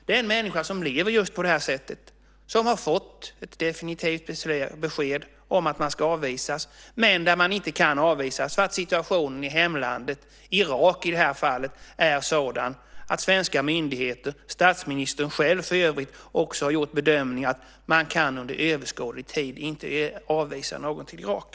Det är en människa som lever just på det här sättet, som har fått ett definitivt besked om avvisning men som inte kan avvisas, därför att situationen i hemlandet, Irak i det här fallet, är sådan att svenska myndigheter, och statsministern själv för övrigt, också har gjort bedömningen att man under överskådlig tid inte kan avvisa någon till Irak.